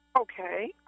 Okay